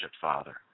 Father